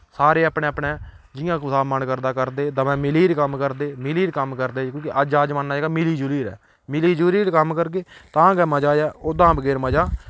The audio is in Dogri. सारे अपने अपने जि'यां कुसा दा मन करदा करदे दवैं मिली'र कम्म करदे मिली'र कम्म करदे क्योंकि अज्ज दा जमाना जेह्ड़ा मिली जुली'र मिली जुली'र कम्म करगे तां गै मजा ऐ ओह्दा हां बगैर मजा